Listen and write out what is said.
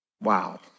Wow